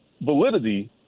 validity